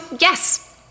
yes